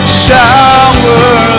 shower